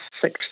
six